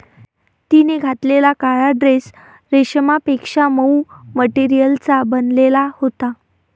तिने घातलेला काळा ड्रेस रेशमापेक्षा मऊ मटेरियलचा बनलेला होता